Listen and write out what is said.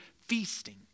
feasting